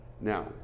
Now